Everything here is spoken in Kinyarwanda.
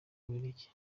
bubiligi